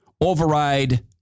override